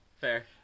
Fair